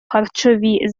харчові